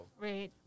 Right